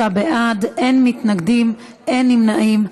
23 בעד, אין מתנגדים, אין נמנעים.